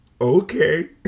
Okay